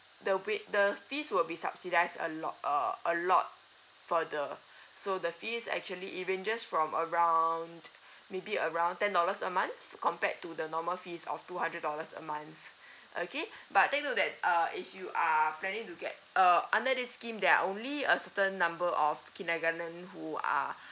the wai~ the fees will be subsidised a lot uh a lot for the so the fees actually it ranges from around maybe around ten dollars a month compared to the normal fees of two hundred dollars a month okay but take note that uh if you are planning to get uh under this scheme there are only a certain number of kindergarten who are